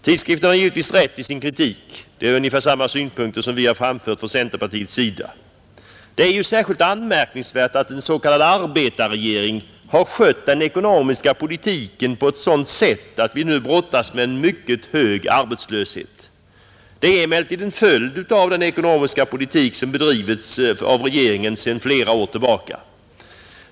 Tidskriften har givetvis rätt i sin kritik — det är ungefär samma synpunkter som vi framfört från centerpartiets sida. Det är särskilt anmärkningsvärt att en s.k. arbetarregering har skött den ekonomiska politiken på ett sådant sätt att vi nu brottas med en mycket hög arbetslöshet. Det är emellertid en följd av den ekonomiska politik som bedrivits av regeringen sedan flera år tillbaka.